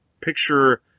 picture